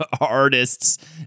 artists